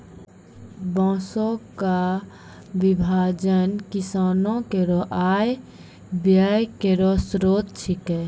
बांसों क विभाजन किसानो केरो आय व्यय केरो स्रोत छिकै